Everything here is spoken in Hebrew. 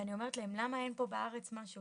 ואני אומרת להם, למה אין פה בארץ משהו?